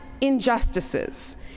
injustices